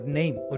name